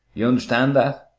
you understand that?